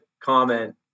comment